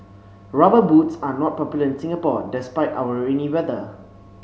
rubber boots are not popular in Singapore despite our rainy weather